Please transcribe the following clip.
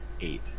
eight